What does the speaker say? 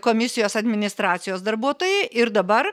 komisijos administracijos darbuotojai ir dabar